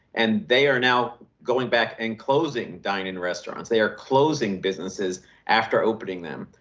and they are now going back and closing dining restaurants. they are closing businesses after opening them.